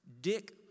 Dick